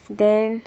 then